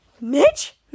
Mitch